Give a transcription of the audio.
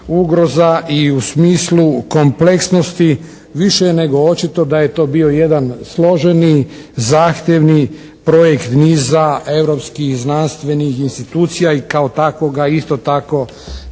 i u smislu kompleksnosti više je nego očito da je to bio jedan složeni zahtjevni projekt niza europskih znanstvenih institucija i kao takvog ga isto tako